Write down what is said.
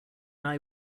eye